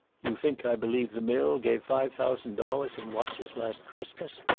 you think i believe the mill gave five thousand dollars in watches last christmas?